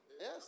Yes